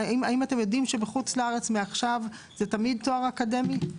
האם אתם יודעים שבחוץ לארץ מעכשיו זה תמיד תואר אקדמי?